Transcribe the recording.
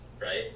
right